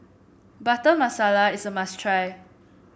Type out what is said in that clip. Butter Masala is a must try